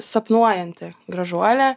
sapnuojanti gražuolė